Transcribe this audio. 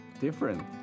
different